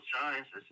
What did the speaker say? sciences